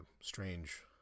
strange